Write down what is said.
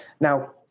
Now